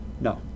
No